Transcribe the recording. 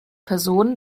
personen